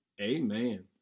Amen